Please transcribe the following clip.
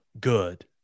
good